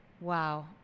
wow